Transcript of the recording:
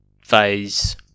phase